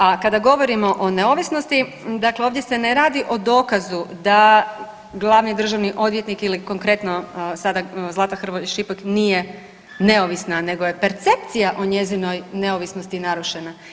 A kada govorimo o neovisnosti, dakle ovdje se ne radi o dokazu da glavni državni odvjetnik ili konkretno Zlata Hrvoj Šipek nije neovisna, nego je percepcija o njezinoj neovisnosti narušena.